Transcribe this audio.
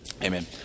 Amen